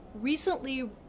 recently